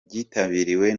byitabiriwe